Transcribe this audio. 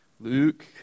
Luke